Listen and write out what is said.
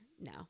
No